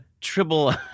triple